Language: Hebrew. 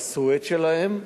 עשו את שלהן,